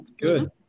Good